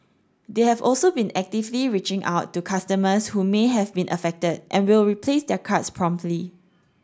they have also been actively reaching out to customers who may have been affected and will replace their cards promptly